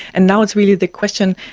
and now it's really the question,